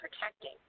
protecting